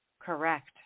Correct